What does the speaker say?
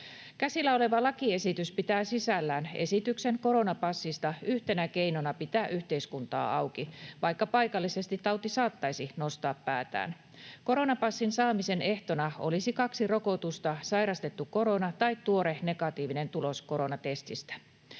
Käsillä oleva lakiesitys pitää sisällään esityksen koronapassista yhtenä keinona pitää yhteiskuntaa auki, vaikka paikallisesti tauti saattaisi nostaa päätään. Koronapassin saamisen ehtona olisi kaksi rokotusta, sairastettu korona tai tuore negatiivinen tulos koronatestistä.